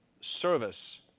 service